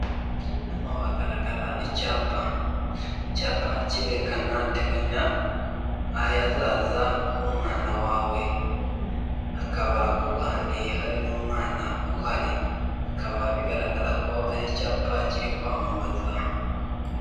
Hano hagaragara icyapa, icyapa kerekana teganya aghazaza h'umwana wawe, hakaba ku ruhande hari n'umwana uhari bikaba bigaragara ko ari icyapa kiri kwamamaza.